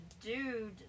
dude